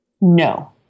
No